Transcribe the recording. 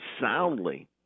soundly